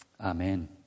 Amen